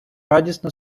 радісно